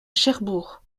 cherbourg